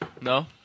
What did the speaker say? No